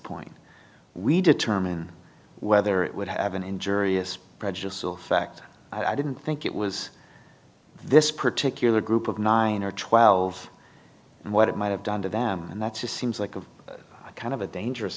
point we determine whether it would have been in jury is prejudicial fact i didn't think it was this particular group of nine or twelve and what it might have done to them and that's to seems like a kind of a dangerous